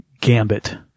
gambit